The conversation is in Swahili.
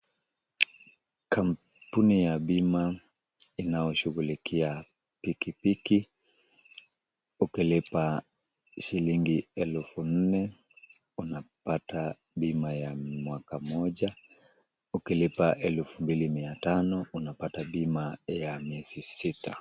Kampuni ya bima inaoshughulikia pikipiki. Ukilipa shilingi elfu nne unapata bima ya mwaka moja, ukilipa elfu mbili mia tano unapata bima ya miezi sita.